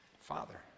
Father